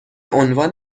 عنوان